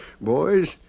Boys